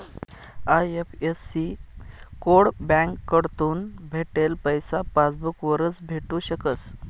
IFSC code बँककडथून भेटेल पैसा पासबूक वरच भेटू शकस